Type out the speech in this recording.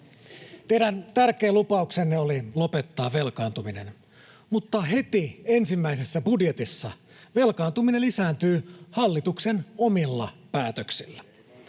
Teidän tärkein lupauksenne oli lopettaa velkaantuminen. Mutta heti ensimmäisessä budjetissa velkaantuminen lisääntyy hallituksen omilla päätöksillä.